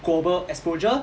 global exposure